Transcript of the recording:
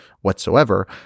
whatsoever